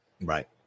right